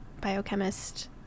biochemist